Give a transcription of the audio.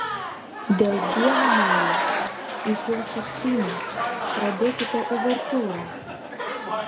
dėl dievo meilės juk jau septynios pradėkite uvertiūrą